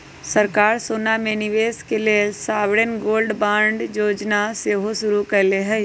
सरकार सोना में निवेश के लेल सॉवरेन गोल्ड बांड जोजना सेहो शुरु कयले हइ